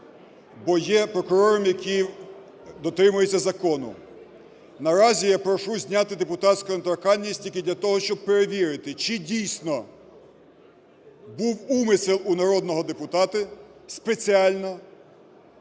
бо є прокурором, який дотримується закону. Наразі я прошу депутатську недоторканність тільки для того, щоб перевірити, чи дійсно був умисел у народного депутата спеціально